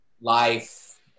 life